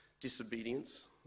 disobedience